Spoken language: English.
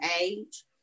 age